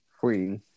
free